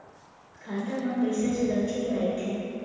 खाता मा पईसा सुरक्षित राइथे?